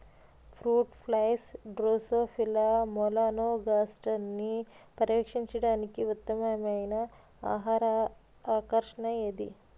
Fruit flies drosophila మెలనోగాస్టర్ని పర్యవేక్షించడానికి ఉత్తమమైన ఆహార ఆకర్షణ ఏది?